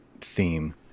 theme